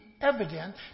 evident